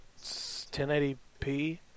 1080p